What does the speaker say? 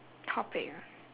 topic ah